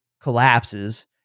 collapses